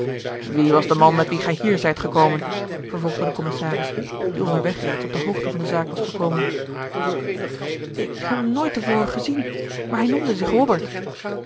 wie was de man met wien gij hier zijt gekomen vervolgde de commissaris die onder weg reeds op de hoogte van de zaak was gekomen ik heb hem nooit te voren gezien maar bij noemde